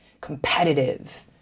competitive